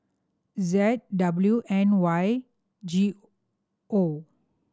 Z W N Y G O